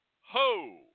ho